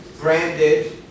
branded